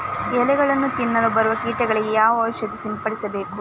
ಎಲೆಗಳನ್ನು ತಿನ್ನಲು ಬರುವ ಕೀಟಗಳಿಗೆ ಯಾವ ಔಷಧ ಸಿಂಪಡಿಸಬೇಕು?